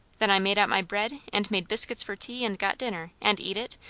then i made out my bread, and made biscuits for tea, and got dinner, and eat it,